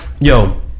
yo